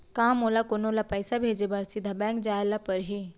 का मोला कोनो ल पइसा भेजे बर सीधा बैंक जाय ला परही?